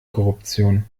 korruption